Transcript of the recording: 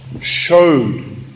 showed